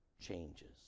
changes